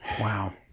Wow